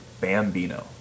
Bambino